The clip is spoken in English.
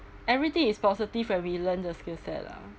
everything is positive when we learn the skill set lah